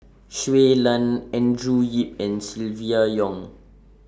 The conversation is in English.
Shui Lan Andrew Yip and Silvia Yong